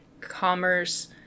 commerce